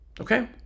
okay